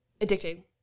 addicting